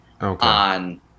on